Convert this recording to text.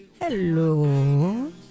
Hello